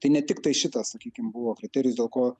tai ne tiktai šitas sakykim buvo kriterijus dėl ko